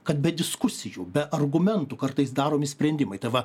kad be diskusijų be argumentų kartais daromi sprendimai tai va